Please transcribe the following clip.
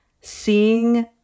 seeing